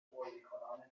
بازیکنان